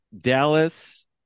Dallas